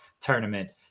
tournament